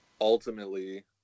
ultimately